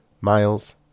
miles